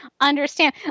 understand